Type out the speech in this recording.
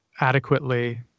adequately